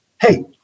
hey